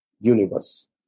universe